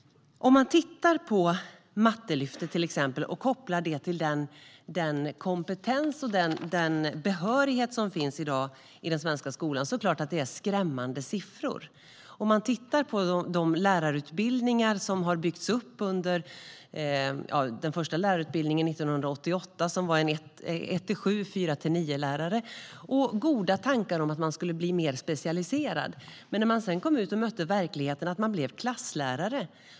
Om man tittar på till exempel Mattelyftet och kopplar det till den kompetens och behörighet som finns i dag i den svenska skolan är det klart att det är skrämmande siffror. Den första lärarutbildningen 1988 som var för lärare för årskurs 1-7 och 4-9 byggde på goda tankar att lärarna skulle bli mer specialiserade. Sedan kom de ut och mötte verkligheten och blev klasslärare.